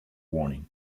warning